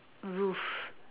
roof